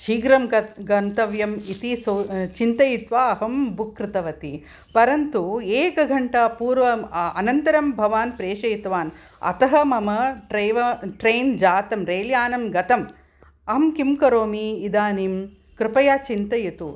शीघ्रं कर्त गन्तव्यम् इति सो चिन्तयित्वा अहं बुक् कृतवती परन्तु एकघण्टापूर्वं अनन्तरं भवान् प्रेषयितवान् अतः मम ट्रेन्या ट्रेन् जातं रेल्यानं गतं अहं किं करोमि इदानीं कृपया चिन्तयतु